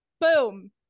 Boom